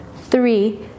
three